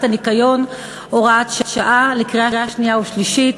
הניקיון (הוראת שעה) לקריאה שנייה ושלישית.